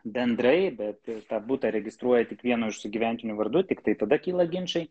bendrai bet tą butą registruoja tik vieno iš sugyventinių vardu tiktai tada kyla ginčai